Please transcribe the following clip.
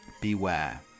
beware